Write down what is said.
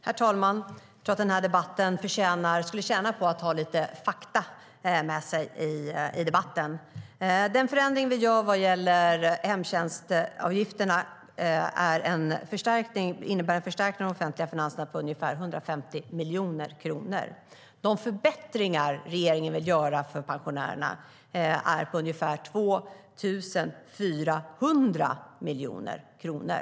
Herr talman! Jag tror att den här debatten skulle tjäna på lite fakta. Den förändring vi gör vad gäller hemtjänstavgifterna innebär en förstärkning av de offentliga finanserna med ungefär 150 miljoner kronor. De förbättringar regeringen vill göra för pensionärerna är på ungefär 2 400 miljoner kronor.